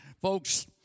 Folks